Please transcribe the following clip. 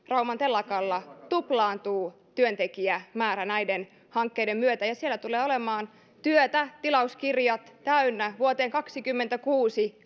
rauman telakallakin tuplaantuu työntekijämäärä näiden hankkeiden myötä siellä tulee olemaan työtä tilauskirjat täynnä vuoteen kaksikymmentäkuusi